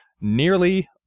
nearly